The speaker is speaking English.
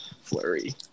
Flurry